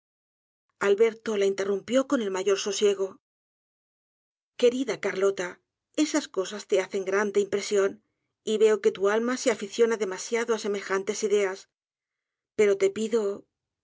alberto la interrumpió con el mayor sosiego querida carlota esas cosas te hacen grande impresión y veo que tu alma se aficiona demasiado á semejantes ideas pero te pido